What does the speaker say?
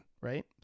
right